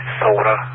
soda